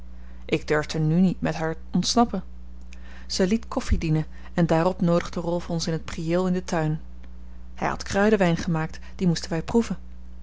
ik durfde nu niet met haar ontsnappen zij liet koffie dienen en daarop noodigde rolf ons in t priëel in den tuin hij had kruidenwijn gemaakt dien moesten wij proeven